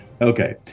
okay